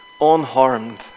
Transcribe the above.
unharmed